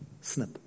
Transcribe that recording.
snip